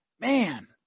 man